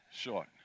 short